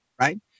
right